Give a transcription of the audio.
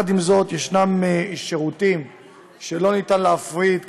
עם זאת יש שירותים שאי-אפשר להפריד,